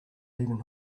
even